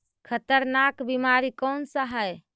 खतरनाक बीमारी कौन सा है?